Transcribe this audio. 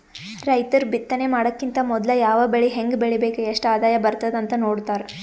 ರೈತರ್ ಬಿತ್ತನೆ ಮಾಡಕ್ಕಿಂತ್ ಮೊದ್ಲ ಯಾವ್ ಬೆಳಿ ಹೆಂಗ್ ಬೆಳಿಬೇಕ್ ಎಷ್ಟ್ ಆದಾಯ್ ಬರ್ತದ್ ಅಂತ್ ನೋಡ್ತಾರ್